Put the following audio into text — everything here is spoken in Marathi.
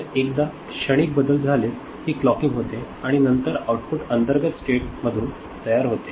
तर एकदा क्षणिक बदल स्थिर झाले की क्लॉकिंग होते आणि नंतर आउटपुट अंतर्गत स्टेटमधून तयार होते